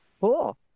Cool